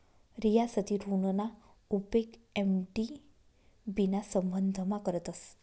रियासती ऋणना उपेग एम.डी.बी ना संबंधमा करतस